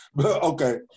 okay